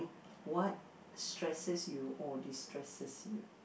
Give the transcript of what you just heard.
what stresses you or destresses you